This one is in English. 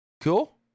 Cool